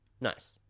nice